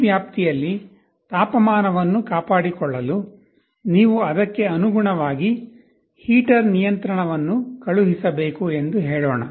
ಈ ವ್ಯಾಪ್ತಿಯಲ್ಲಿ ತಾಪಮಾನವನ್ನು ಕಾಪಾಡಿಕೊಳ್ಳಲು ನೀವು ಅದಕ್ಕೆ ಅನುಗುಣವಾಗಿ ಹೀಟರ್ ನಿಯಂತ್ರಣವನ್ನು ಕಳುಹಿಸಬೇಕು ಎಂದು ಹೇಳೋಣ